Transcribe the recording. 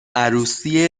عروسی